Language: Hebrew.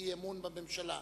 אי-אמון בממשלה.